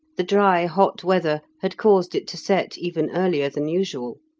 the dry hot weather had caused it to set even earlier than usual.